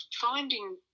finding